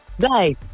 Guys